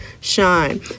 shine